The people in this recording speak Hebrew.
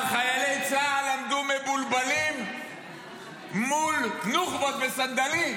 ואמר: חיילי צה"ל עמדו מבולבלים מול נוח'בות בסנדלים.